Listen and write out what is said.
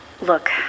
Look